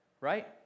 Right